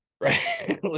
right